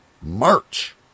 March